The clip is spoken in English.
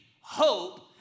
hope